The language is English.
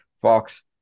Fox